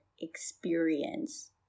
experience